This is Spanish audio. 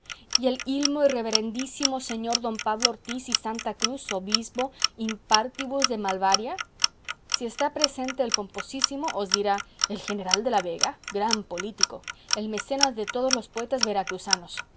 y el ilmo y reverendísimo señor don pablo ortiz y santa cruz obispo in pártibus de malvaria si está presente el pomposísimo os dirá el general de la vega gran político el mecenas de todos los poetas veracruzanos